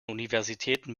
universitäten